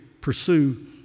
pursue